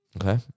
Okay